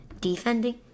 Defending